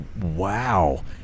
Wow